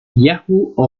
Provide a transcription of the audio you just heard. yahoo